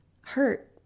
hurt